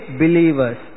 believers